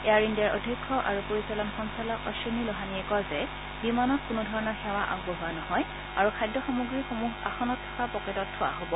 air ইণ্ডিয়াৰ অধ্যক্ষ আৰু পৰিচালন সঞ্চালক অশ্বিনী লোহানিয়ে কয় যে বিমানত কোনো ধৰণৰ সেৱা আগবঢ়োৱা নহয় আৰু খাদ্যসামগ্ৰীসমূহ আসনত থকা পকেটত থোৱা হ'ব